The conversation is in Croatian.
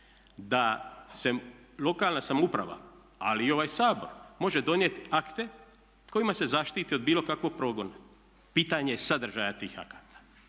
da se lokalna samouprava ali i ovaj Sabor može donijeti akte kojima se zaštiti od bilo kakvog progona, pitanje je sadržaja tih akata,